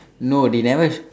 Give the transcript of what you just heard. no they never